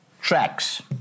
Tracks